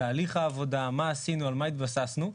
תהליך העבודה, מה עשינו, על מה התבססנו.